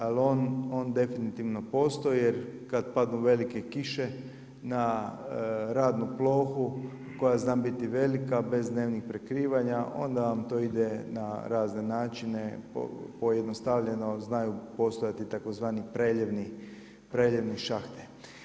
Ali, on definitivno postoji, jer kad padnu velike kiše na radnu plohu, koja zna biti velika bez dnevnih prekrivanja, onda vam to ide na razne načine, pojednostavljeno znaju postojati tzv. preljevni šahti.